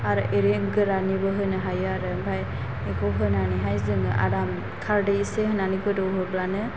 आरो एरैनो गोरानैबो होनो हायो आरो ओमफ्राय बेखौ होनानैहाय जोङो आराम खारदै एसे होनानै गोदौहोब्लानो